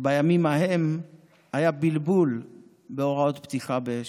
ובימים ההם היה בלבול בהוראות פתיחה באש,